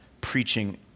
preaching